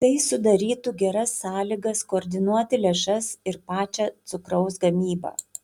tai sudarytų geras sąlygas koordinuoti lėšas ir pačią cukraus gamybą